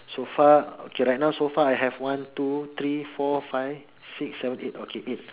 so far okay right now so far I have one two three four five six seven eight okay eight